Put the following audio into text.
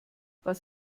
was